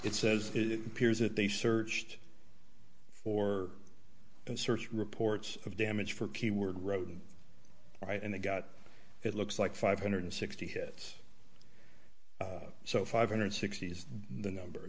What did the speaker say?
it says it appears that they searched for and searched reports of damage for keyword road right and they got it looks like five hundred and sixty hits so five hundred and sixty is the number